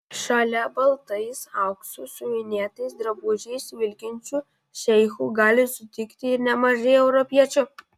šalia baltais auksu siuvinėtais drabužiais vilkinčių šeichų gali sutikti ir nemažai europiečių